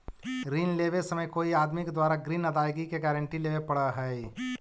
ऋण लेवे समय कोई आदमी के द्वारा ग्रीन अदायगी के गारंटी लेवे पड़ऽ हई